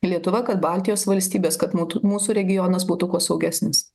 lietuva kad baltijos valstybės kad mūtų mūsų regionas būtų kuo saugesnis